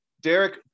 Derek